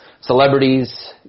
celebrities